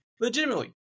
legitimately